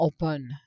open